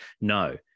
no